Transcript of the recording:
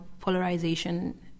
polarization